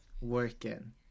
working